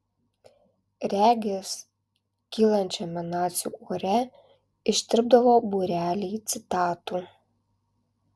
regis kylančiame nacių ore ištirpdavo būreliai citatų